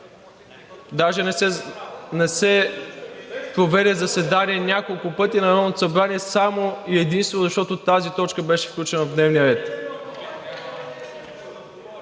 Даже не се проведе заседание на Народното събрание само и единствено защото тази точка беше включена в дневния ред.